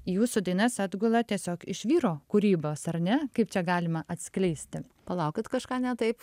į jūsų dainas atgula tiesiog iš vyro kūrybos ar ne kaip čia galima atskleisti palaukit kažką ne taip